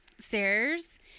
Stairs